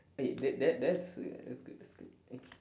eh that that that's that's good that's good